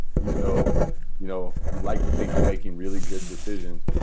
even though you know, you like to think you're making really good decisions,